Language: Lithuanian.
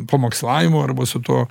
pamokslavimu arba su tuo